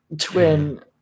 twin